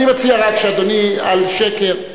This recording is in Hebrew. אני מציע רק שאדוני על שקר,